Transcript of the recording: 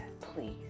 Please